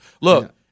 Look